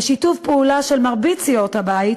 בשיתוף פעולה של מרבית סיעות הבית,